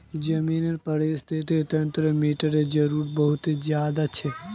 ज़मीनेर परिस्थ्तिर तंत्रोत मिटटीर जरूरत बहुत ज़्यादा छे